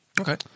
Okay